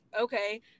okay